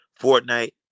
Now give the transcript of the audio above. Fortnite